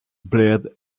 blared